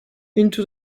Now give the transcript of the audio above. into